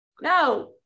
no